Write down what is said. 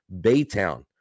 Baytown